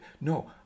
No